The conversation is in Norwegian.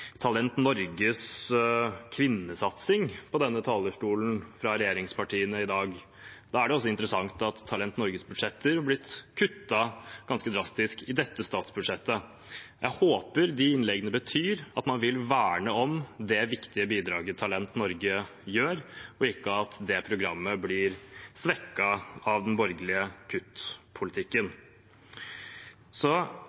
Talent Norges kvinnesatsing. Da er det interessant at Talent Norges budsjetter har blitt kuttet ganske drastisk i dette statsbudsjettet. Jeg håper de innleggene betyr at man vil verne om det viktige bidraget Talent Norge gir, og ikke at dette programmet blir svekket av den borgerlige